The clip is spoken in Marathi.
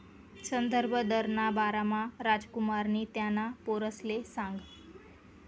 संदर्भ दरना बारामा रामकुमारनी त्याना पोरसले सांगं